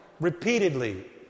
repeatedly